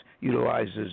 utilizes